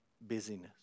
busyness